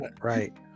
Right